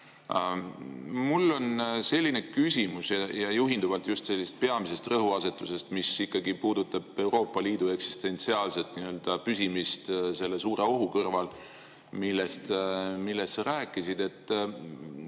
Mul on küsimus juhinduvalt just sellest peamisest rõhuasetusest, mis puudutab Euroopa Liidu eksistentsiaalset nii‑öelda püsimist selle suure ohu kõrval, millest sa rääkisid. Ma